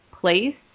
place